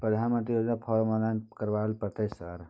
प्रधानमंत्री योजना form online करैले परतै सर?